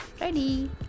ready